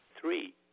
Three